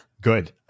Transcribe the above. Good